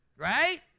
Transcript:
Right